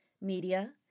media